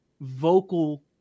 vocal